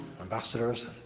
ambassadors